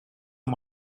amb